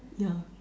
yeah